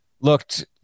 looked